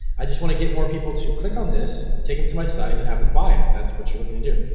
i just wanna get more people to click on this, take em to my site and have them buy it. that's what you're looking to do.